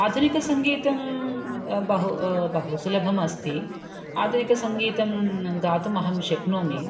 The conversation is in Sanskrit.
आधुनिकसङ्गीतं बहु बहु सुलभम् अस्ति आधुनिकसङ्गीतं गातुम् अहं शक्नोमि